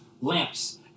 lamps